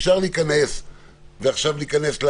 אפשר עכשיו לחייב את